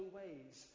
ways